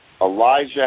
Elijah